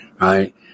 Right